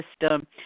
system